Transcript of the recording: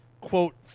quote